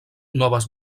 noves